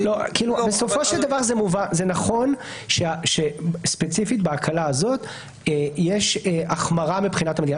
בסופו של דבר זה נכון שספציפית בהקלה הזאת יש החמרה מבחינת המדינה,